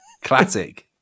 Classic